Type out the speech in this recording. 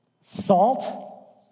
Salt